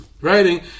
writing